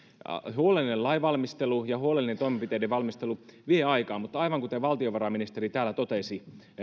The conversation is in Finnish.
huolellinen lainvalmistelu ja huolellinen toimenpiteiden valmistelu vievät aikaa mutta aivan kuten valtiovarainministeri täällä totesi